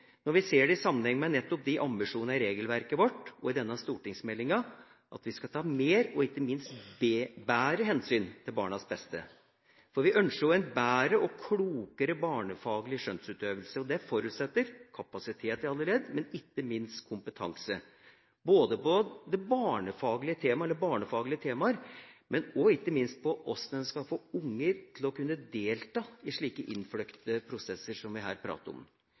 når vi ser det i sammenheng med ambisjonene i regelverket og i denne stortingsmeldinga: Vi skal ta mer og ikke minst bedre hensyn til barnas beste, for vi ønsker jo en bedre og klokere barnefaglig skjønnsutøvelse. Det forutsetter kapasitet i alle ledd, men ikke minst kompetanse, både i barnefaglige temaer og ikke minst i hvordan en skal få unger til å kunne delta i slike innfløkte prosesser som vi her prater om.